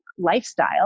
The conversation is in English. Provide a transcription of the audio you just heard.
Lifestyle